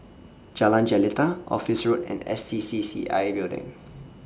Jalan Jelita Office Road and S C C C I Building